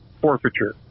forfeiture